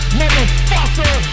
motherfucker